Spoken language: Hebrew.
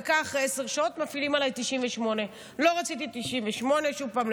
דקה אחרי עשר שעות מפעילים עליי 98. לא רציתי 98. שוב פעם,